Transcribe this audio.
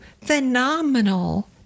phenomenal